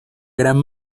gran